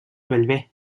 bellver